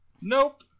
Nope